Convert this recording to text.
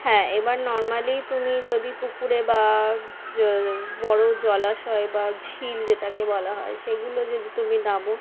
হ্যাঁ এবার নরমালি তুমি যদি পুকুরে বা য বড়ো জলাশয় বা ঝিল যেটাকে বলা হয় সেগুলো যদি তুমি নাবো